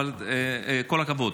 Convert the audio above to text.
אבל כל הכבוד.